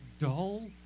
dull